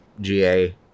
GA